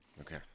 Okay